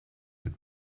mit